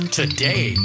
today